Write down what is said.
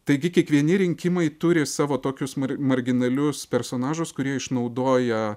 taigi kiekvieni rinkimai turi savo tokius marginalius personažus kurie išnaudoja